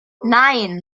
nein